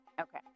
Okay